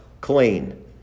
clean